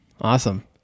awesome